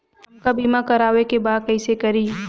हमका बीमा करावे के बा कईसे करी?